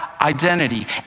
identity